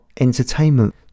entertainment